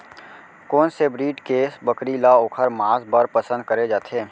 कोन से ब्रीड के बकरी ला ओखर माँस बर पसंद करे जाथे?